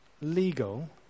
legal